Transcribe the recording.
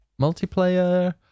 Multiplayer